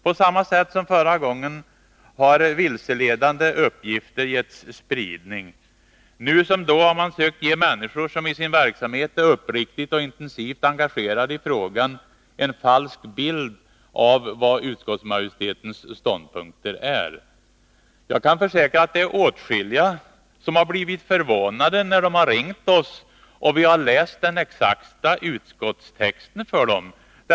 På samma sätt som förra gången har vilseledande uppgifter getts spridning. Nu som då har man sökt ge människor, som i sin verksamhet är uppriktigt och intensivt engagerade i frågan, en falsk bild av utskottsmajoritetens ståndpunkter. Jag kan försäkra att det är åtskilliga som har blivit förvånade när de ringt oss och vi läst upp den exakta utskottstexten för dem.